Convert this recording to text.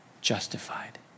justified